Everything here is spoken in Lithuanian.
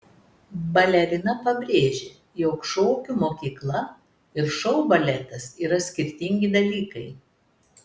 balerina pabrėžė jog šokių mokykla ir šou baletas yra skirtingi dalykai